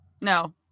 No